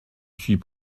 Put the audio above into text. suis